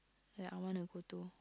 ya I wanna go to